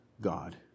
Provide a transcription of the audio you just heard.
God